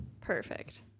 Perfect